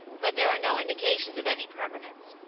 but there are no indications of any permanence.